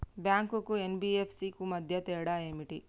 Bank కు NBFC కు మధ్య తేడా ఏమిటి?